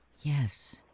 Yes